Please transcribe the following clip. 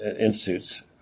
Institutes